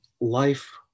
life